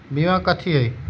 बीमा कथी है?